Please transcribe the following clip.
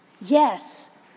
Yes